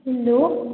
hello